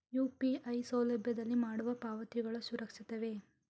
UPI ಸೌಲಭ್ಯದಲ್ಲಿ ಮಾಡುವ ಪಾವತಿಗಳು ಸುರಕ್ಷಿತವೇ?